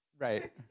Right